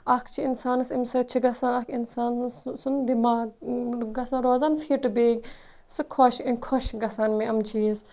اَکھ چھِ اِنسانَس اَمہِ سۭتۍ چھِ گژھان اَکھ اِنسانَس سُنٛد دِماغ گژھان روزان فِٹ بیٚیہِ سُہ خۄش خۄش گَژھان مےٚ یِم چیٖز